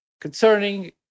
Concerning